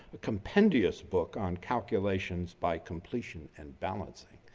a compendious book on calculations by completion and balancing.